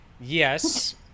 Yes